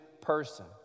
person